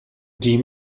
die